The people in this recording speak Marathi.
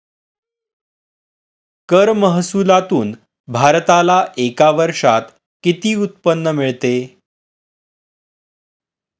कर महसुलातून भारताला एका वर्षात किती उत्पन्न मिळते?